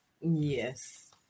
yes